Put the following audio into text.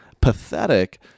pathetic